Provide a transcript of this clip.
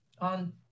on